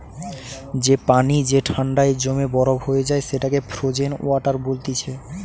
যে পানি যে ঠান্ডায় জমে বরফ হয়ে যায় সেটাকে ফ্রোজেন ওয়াটার বলতিছে